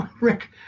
Rick